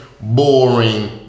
boring